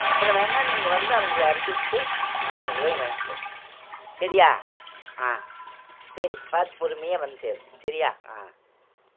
அப்புறோம் வேணுன்னா நீங்கள் வந்து அவங்கள இறக்கி விட்டுட்டு ஆயரரூபாய வாங்கிட்டு போயிருங்க சரியா சரி பார்த்து பொறுமையாக வந்து சேருங்க சரியா